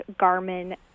Garmin